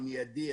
המידי.